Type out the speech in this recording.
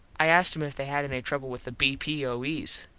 i asked him if they had any trouble with the b p o es.